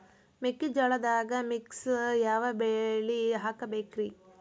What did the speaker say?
ಮೆಕ್ಕಿಜೋಳದಾಗಾ ಮಿಕ್ಸ್ ಯಾವ ಬೆಳಿ ಹಾಕಬೇಕ್ರಿ?